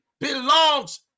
belongs